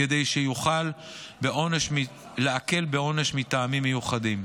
כדי שיוכל להקל בעונש מטעמים מיוחדים.